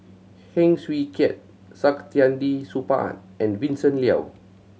Heng Swee Keat Saktiandi Supaat and Vincent Leow